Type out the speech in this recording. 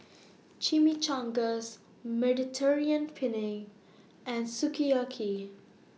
Chimichangas Mediterranean Penne and Sukiyaki